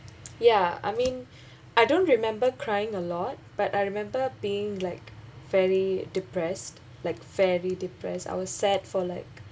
ya I mean I don't remember crying a lot but I remember being like fairly depressed like fairly depressed I was sad for like